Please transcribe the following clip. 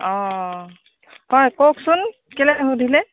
অঁ হয় কওকচোন কেলৈ সুধিলে